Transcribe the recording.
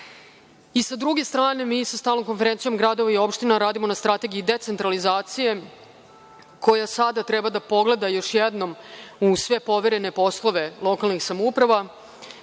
druge strane, mi sa Stalnom konferencijom gradova i opština radimo na strategiji decentralizacije, koja sada treba da pogleda još jednom u sve poverene poslove lokalnih samouprava,